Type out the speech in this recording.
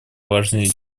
важной